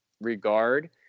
regard